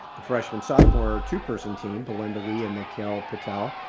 the freshman sophomore two person team, belinda lee and nikhyl patel.